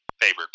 favorite